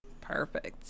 perfect